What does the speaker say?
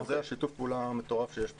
זה שיתוף הפעולה המטורף שיש פה.